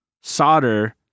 solder